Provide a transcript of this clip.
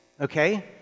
Okay